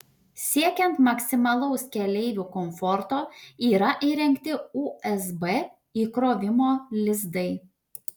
siekiant maksimalaus keleivių komforto yra įrengti usb įkrovimo lizdai